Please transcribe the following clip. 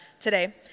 today